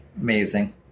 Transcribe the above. Amazing